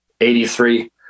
83